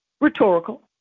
Rhetorical